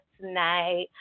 tonight